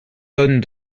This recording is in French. tonnes